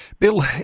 Bill